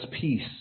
peace